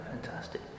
fantastic